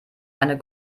eine